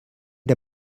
der